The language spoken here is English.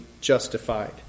justified